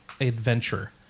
adventure